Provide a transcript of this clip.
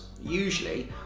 usually